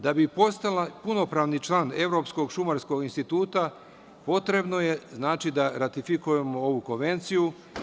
Da bi postala punopravni član Evropskog šumarskog instituta, potrebno je da ratifikujemo ovu Konvenciju.